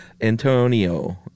Antonio